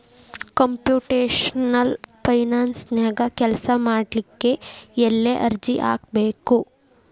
Computational ಫೈನಾನ್ಸನ್ಯಾಗ ಕೆಲ್ಸಾಮಾಡ್ಲಿಕ್ಕೆ ಎಲ್ಲೆ ಅರ್ಜಿ ಹಾಕ್ಬೇಕು?